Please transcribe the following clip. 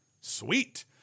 Sweet